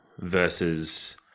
versus